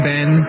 Ben